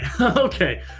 Okay